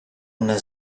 una